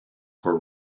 were